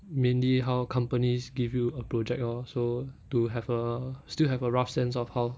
mainly how companies give you a project lor so to have a still have a rough sense of how